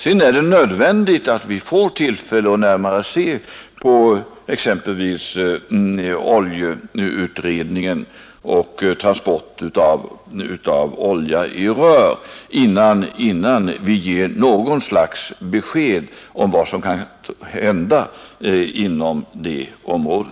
Sedan är det nödvändigt att vi får tillfälle att närmare se på exempelvis oljeutredningen och transport av olja i rör, innan vi ger något slags besked om vad som kan hända inom det området.